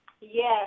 Yes